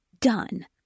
done